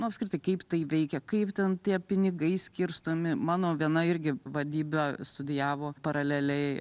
nu apskritai kaip tai veikia kaip ten tie pinigai skirstomi mano viena irgi vadybą studijavo paraleliai